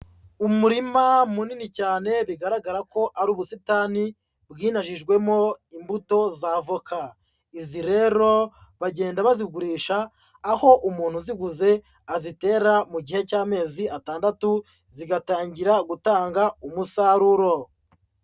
Umurima munini cyane bigaragara ko ari ubusitani bwinajijwemo imbuto z'avoka. Izi rero, bagenda bazigurisha aho umuntu uziguze azitera mu gihe cy'amezi atandatu, zigatangira gutanga umusaruro.